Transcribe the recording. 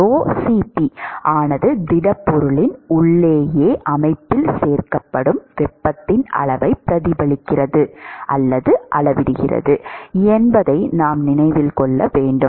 ρCp ஆனது திடப்பொருளின் உள்ளேயே அமைப்பில் சேமிக்கப்படும் வெப்பத்தின் அளவை பிரதிபலிக்கிறது அல்லது அளவிடுகிறது என்பதை நாம் நினைவில் கொள்ள வேண்டும்